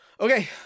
Okay